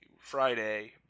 Friday